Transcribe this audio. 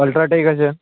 UltraTech আছে